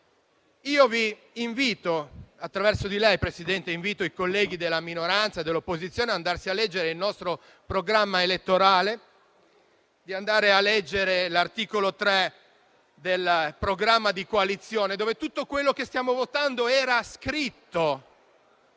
Invito, attraverso di lei, Presidente, i colleghi della minoranza ad andarsi a leggere il nostro programma elettorale, in particolare l'articolo 3 del programma di coalizione, dove tutto quello che stiamo votando era scritto